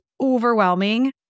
overwhelming